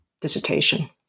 dissertation